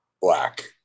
black